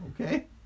Okay